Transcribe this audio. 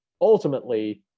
ultimately